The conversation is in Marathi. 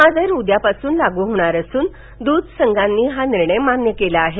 हा दर उद्या पासून लागू होणार असून दूध संघांनी हा निर्णय मान्य केला आहे